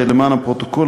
למען הפרוטוקול,